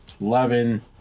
eleven